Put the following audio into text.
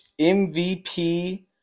MVP